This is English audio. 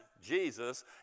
Jesus